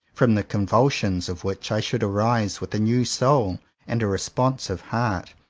from the convulsions of which i should arise with a new soul and a responsive heart,